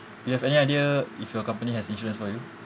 you have any idea if your company has insurance for you